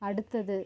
அடுத்தது